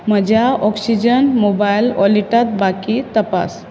म्हज्या oxygen mobile वॉलेटांत बाकी तपास